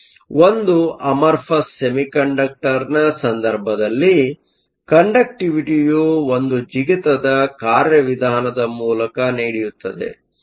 ಆದ್ದರಿಂದ ಒಂದು amorphous semiconductor semiconductorನ ಸಂದರ್ಭದಲ್ಲಿ ಕಂಡಕ್ಟಿವಿಟಿಯು ಒಂದು ಜಿಗಿತದ ಕಾರ್ಯವಿಧಾನದ ಮೂಲಕ ನಡೆಯುತ್ತದೆ